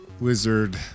wizard